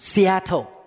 Seattle